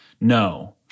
No